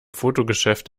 fotogeschäft